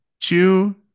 Two